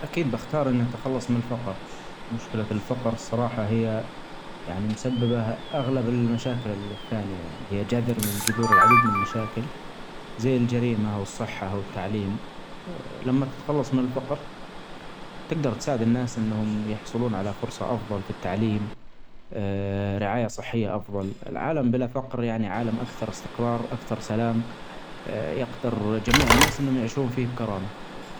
أكيد بختار إني أتخلص من الفقر مشكلة الفقر الصراحة هيا يعني مسببة أغلب المشاكل ال-الثانية هيا جذر من الجذور العريضة من المشاكل ، زي الجريمة والصحة والتعليم أ لما تتخلص من الفقر تجدر تساعد أنهم يحصلون علي فرصة أكثر في التعليم ، رعاية صحية أفظل العالم بلا فقر يعني عالم أكثر إستقرار أكثر سلام يجدر جميع الناس أنهم يعيشوا فيه بكرامة.